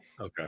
okay